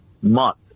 month